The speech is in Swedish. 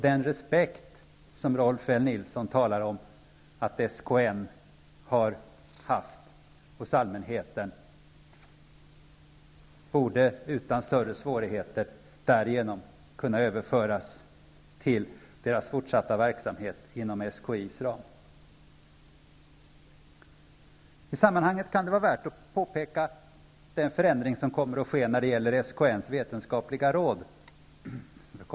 Den respekt som Rolf L. Nilson talar om att SKN har haft hos allmänheten borde utan större svårigheter därigenom kunna överföras till dess fortsatta verksamhet inom SKI:s ram. I sammanhanget kan det vara värt att påpeka den förändring som kommer att ske när det gäller SKN:s vetenskapliga råd .